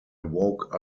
woke